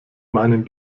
meinen